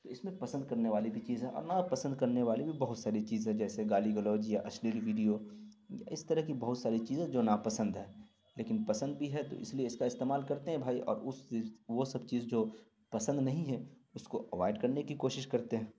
تو اس میں پسند کرنے والی بھی چیز ہے اور ناپسند کرنے والی بھی بہت ساری چیز ہے جیسے گالی گلوج یا اشلیل ویڈیو اس طرح کی بہت ساری چیزیں جو ناپسند ہیں لیکن پسند بھی ہے تو اس لیے اس کا استعمال کرتے ہیں بھائی اور اس چیز وہ سب چیز جو پسند نہیں ہے اس کو اوائڈ کرنے کی کوشش کرتے ہیں